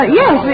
yes